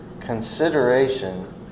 consideration